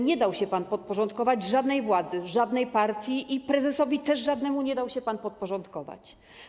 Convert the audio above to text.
Nie dał się pan podporządkować żadnej władzy, żadnej partii i prezesowi też żadnemu nie dał się pan podporządkować.